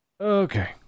Okay